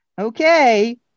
Okay